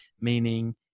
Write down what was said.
meaning